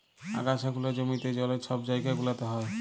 আগাছা গুলা জমিতে, জলে, ছব জাইগা গুলাতে হ্যয়